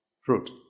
fruit